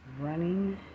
running